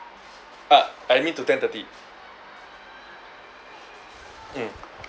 ah I mean to ten-thirty mm